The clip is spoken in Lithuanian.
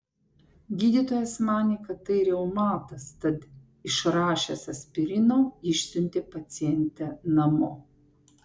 gydytojas manė kad tai reumatas tad išrašęs aspirino išsiuntė pacientę namo